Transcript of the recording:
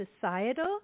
societal